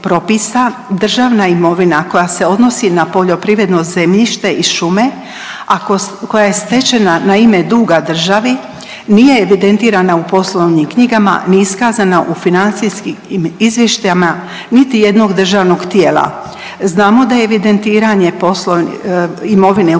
državna imovina koja se odnosi na poljoprivredno zemljište i šume, a koja je stečena na ime duga državi nije evidentirana u poslovnim knjigama ni iskazana u financijskim izvještajima niti jednog državnog tijela. Znamo da evidentirane .../nerazumljivo/... imovine u